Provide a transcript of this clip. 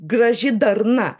graži darna